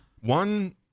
One